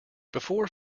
before